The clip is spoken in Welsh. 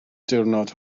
diwrnod